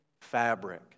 fabric